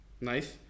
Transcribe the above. Nice